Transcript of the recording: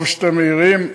טוב שאתם מעירים,